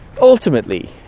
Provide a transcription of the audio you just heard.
Ultimately